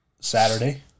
Saturday